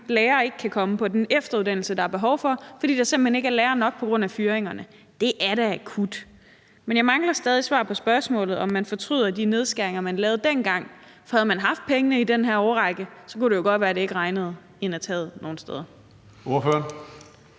lærere ikke kan komme på den efteruddannelse, der er behov for, fordi der simpelt hen ikke er lærere nok på grund af fyringerne. Det er da akut. Men jeg mangler stadig væk svar på spørgsmålet, om man fortryder de nedskæringer, man lavede dengang, for havde man haft pengene i den årrække, kunne det jo godt være, at det ikke regnede gennem taget nogen steder. Kl.